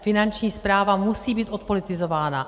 Finanční správa musí být odpolitizována.